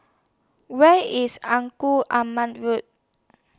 Where IS Engku Aman Road